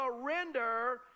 surrender